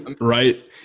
right